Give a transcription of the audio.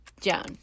Joan